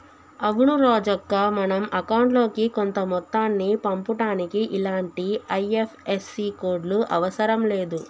అవును రాజక్క మనం అకౌంట్ లోకి కొంత మొత్తాన్ని పంపుటానికి ఇలాంటి ఐ.ఎఫ్.ఎస్.సి కోడ్లు అవసరం లేదు